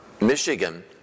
Michigan